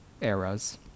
eras